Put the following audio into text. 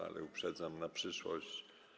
Ale uprzedzam na przyszłość.